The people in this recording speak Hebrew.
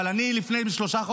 חברים, אני אסביר לכם.